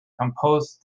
composed